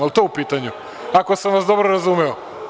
Da li je to u pitanju, ako sam vas dobro razumeo?